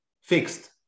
fixed